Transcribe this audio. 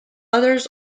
others